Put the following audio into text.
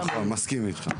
נכון, מסכים איתך.